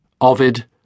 Ovid